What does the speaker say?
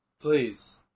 Please